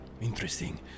interesting